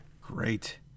Great